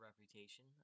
reputation